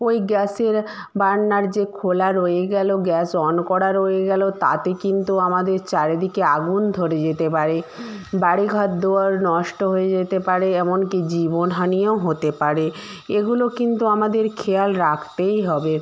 ওই গ্যাসের বার্নার যে খোলা রয়েই গেল গ্যাস অন করা রয়েই গেল তাতে কিন্তু আমাদের চারিদিকে আগুন ধরে যেতে পারে বাড়ি ঘর দুয়ার নষ্ট হয়ে যেতে পারে এমন কি জীবনহানিও হতে পারে এগুলো কিন্তু আমাদের খেয়াল রাখতেই হবে